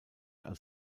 als